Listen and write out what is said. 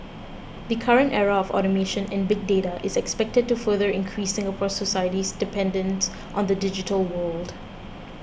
the current era of automation and big data is expected to further increase Singapore society's dependence on the digital world